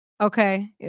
okay